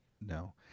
No